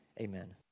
Amen